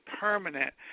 permanent